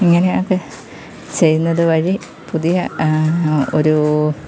ഇങ്ങനെയൊക്കെ ചെയ്യുന്നത് വഴി പുതിയ ഒരു